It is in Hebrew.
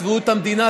תתבעו את המדינה,